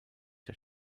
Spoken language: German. der